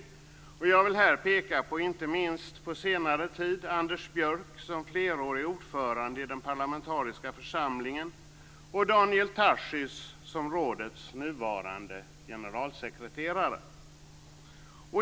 Från senare tid vill jag peka inte minst på Anders Björck, som flerårig ordförande i den parlamentariska församlingen, och Daniel Tarschys, som rådets nuvarande generalsekreterare.